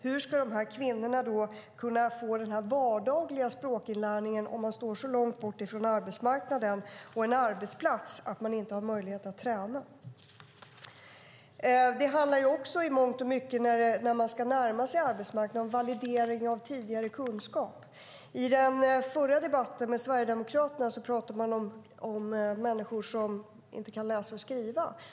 Hur ska kvinnorna kunna få den vardagliga språkinlärningen om man står så långt bort ifrån arbetsmarknaden och en arbetsplats att man inte har möjlighet att träna? När man ska närma sig arbetsmarknaden handlar det mycket om validering av tidigare kunskap. I den förra debatten med Sverigedemokraterna talade man om människor som inte kan läsa och skriva.